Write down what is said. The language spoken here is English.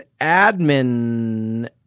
admin